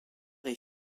est